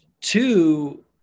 two